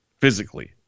physically